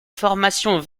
formation